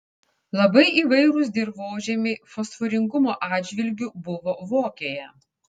labai įvairūs dirvožemiai fosforingumo atžvilgiu buvo vokėje